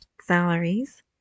salaries